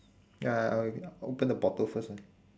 ya I will I open the bottle first ah